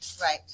right